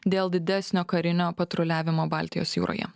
dėl didesnio karinio patruliavimo baltijos jūroje